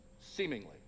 Seemingly